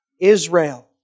Israel